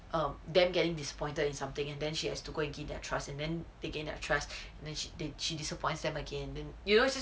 um them getting disappointed in something and then she has to go and gain their trust and then they gain their trust then she di~ she disappoint them again then